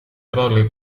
trolley